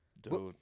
Dude